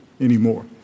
anymore